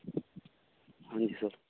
ਹਾਂਜੀ ਸਰ